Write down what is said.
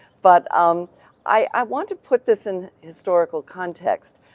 but um i want to put this in historical context.